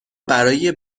برای